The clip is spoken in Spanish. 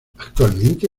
actualmente